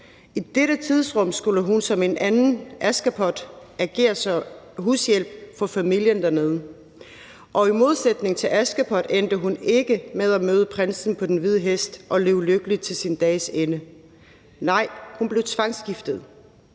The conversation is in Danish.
I dette tidsrum skulle hun som en anden askepot agere som hushjælp for familien dernede, og i modsætning til Askepot endte hun ikke med at møde prinsen på den hvide hest og leve lykkeligt til sine dages ende. Nej, hun blev tvangsgift,